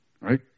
right